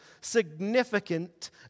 significant